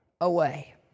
away